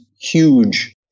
huge